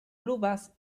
pluvas